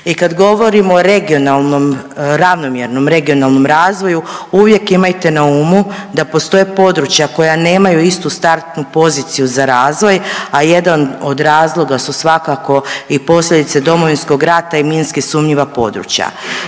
I kad govorimo o regionalnom, ravnomjernom regionalnom razvoju uvijek imajte na umu da postoje područja koja nemaju istu startnu poziciju za razvoj, a jedan od razloga su svakako i posljedice Domovinskog rata i minski sumnjiva područja.